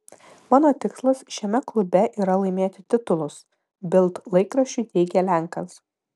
mano tikslas šiame klube yra laimėti titulus bild laikraščiui teigė lenkas